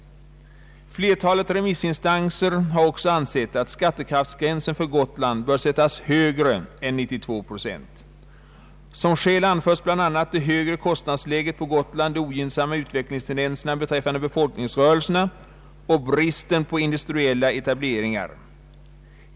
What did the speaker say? Flertalet remissinstanser har också ansett att skattekraftsgränsen för Gotland bör sättas högre än 92 procent. Som skäl anförs bl.a. det högre kostnadsläget på Gotland, de ogynnsamma utvecklingstendenserna beträffande befolkningsrörelserna och bristen på industriella etableringar.